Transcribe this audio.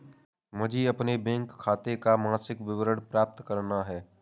मुझे अपने बैंक खाते का मासिक विवरण प्राप्त करना है?